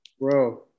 Bro